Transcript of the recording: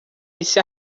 esse